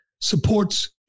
supports